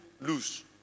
loose